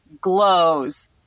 glows